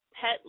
pet